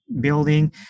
building